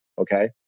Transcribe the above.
okay